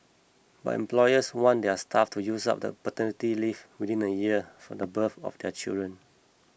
but employers want their staff to use up the paternity leave within a year from the birth of their children